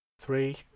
Three